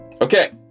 Okay